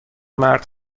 مرد